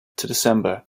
december